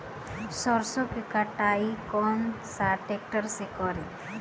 सरसों के कटाई कौन सा ट्रैक्टर से करी?